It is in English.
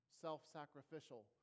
self-sacrificial